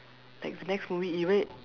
like next movie even